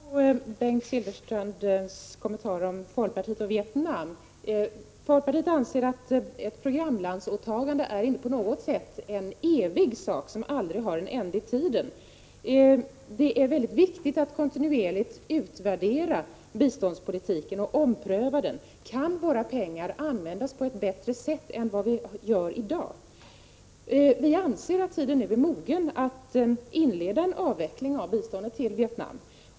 Herr talman! Jag vill svara på Bengt Silfverstrands kommentarer om folkpartiet och Vietnam. Folkpartiet anser att ett programlandsåtagande inte på något sätt är en evig sak, som alltså aldrig har en ände i tiden. Det är mycket viktigt att kontinuerligt utvärdera biståndspolitiken och ompröva den. Kan våra pengar användas på ett bättre sätt än i dag? Vi anser att tiden nu är mogen att inleda en avveckling av biståndet till Vietnam.